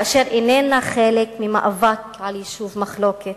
באשר היא איננה חלק ממאבק על יישוב מחלוקת,